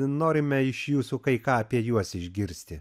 norime iš jūsų kai ką apie juos išgirsti